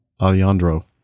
Alejandro